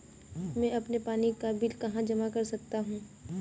मैं अपने पानी का बिल कहाँ जमा कर सकता हूँ?